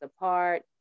apart